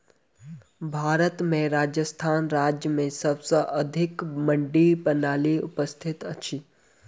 भारत में राजस्थान राज्य में सबसे अधिक मंडी प्रणाली उपस्थित अछि